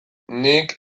nik